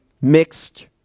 mixed